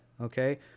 okay